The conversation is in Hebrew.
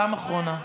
פעם אחרונה,